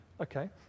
Okay